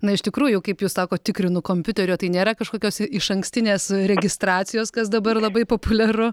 na iš tikrųjų kaip jūs sakot tikrinu kompiuteriu o tai nėra kažkokios išankstinės registracijos kas dabar labai populiaru